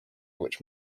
which